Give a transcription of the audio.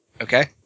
Okay